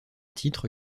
titre